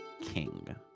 king